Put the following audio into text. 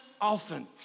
often